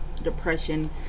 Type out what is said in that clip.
depression